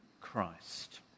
Christ